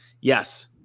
Yes